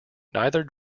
neither